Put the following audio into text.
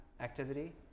activity